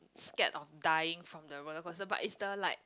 scared of dying from the roller coaster but is the like